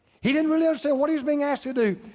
he didn't really ah say what he's being asked to do.